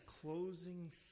closing